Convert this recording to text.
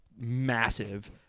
massive